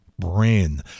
brain